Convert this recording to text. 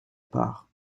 part